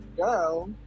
girl